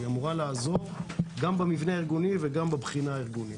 היא אמורה לעזור גם במבנה הארגוני וגם בבחינה הארגונית.